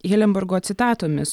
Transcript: hilenburgo citatomis